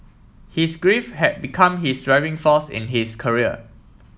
his grief had become his driving force in his career